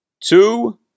Two